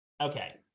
Okay